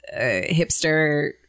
hipster